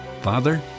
Father